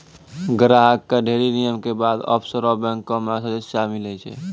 ग्राहक कअ ढ़ेरी नियम के बाद ऑफशोर बैंक मे सदस्यता मीलै छै